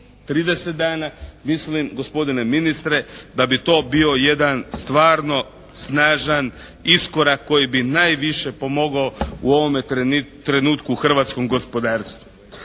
30 dana. Mislim gospodine ministre da bi to bio jedan stvarno snažan iskorak koji bi najviše pomogao u ovome trenutku hrvatskom gospodarstvu.